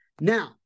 Now